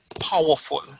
powerful